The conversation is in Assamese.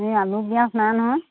এই আলু পিয়াজ নাই নহয়